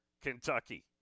Kentucky